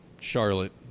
Charlotte